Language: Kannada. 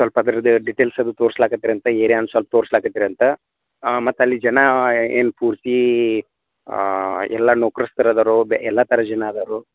ಸೊಲ್ಪ ಅದ್ರದ್ದು ಡೀಟಲ್ಸರು ತೋರ್ಸ್ಲಕತಾರೆ ಅಂತ ಏರ್ಯಾ ಒಂದು ಸೊಲ್ಪ ತೋರ್ಸ್ಲಕತಿರ ಅಂತ ಮತ್ತು ಅಲ್ಲಿ ಜನ ಏನು ಪೂರ್ತಿ ಎಲ್ಲ ನೌಕ್ರಸ್ಥರು ಅದರೊ ಎಲ್ಲ ಥರ ಜನ ಅದರೊ